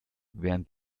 während